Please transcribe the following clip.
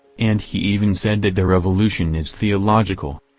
and he even said that the revolution is theological.